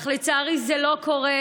אך לצערי זה לא קורה.